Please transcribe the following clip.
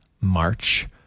March